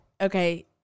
okay